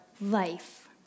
life